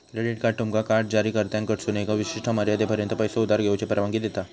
credit card तुमका card जारीकर्त्याकडसून एका विशिष्ट मर्यादेपर्यंत पैसो उधार घेऊची परवानगी देता